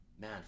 Man